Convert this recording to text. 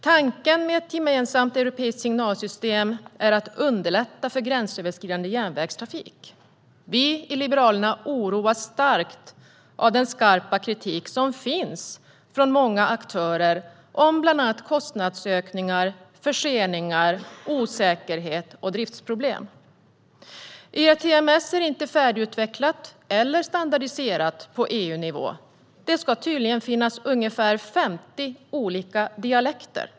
Tanken med ett gemensamt europeiskt signalsystem är att underlätta för gränsöverskridande järnvägstrafik. Vi i Liberalerna oroas dock starkt av den skarpa kritik som finns från många aktörer om bland annat kostnadsökningar, förseningar, osäkerhet och driftsproblem. ERTMS är inte färdigutvecklat eller standardiserat på EU-nivå. Det ska tydligen finnas ungefär 50 olika dialekter.